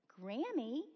Grammy